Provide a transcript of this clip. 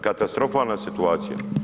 Katastrofalna situacija.